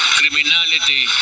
criminality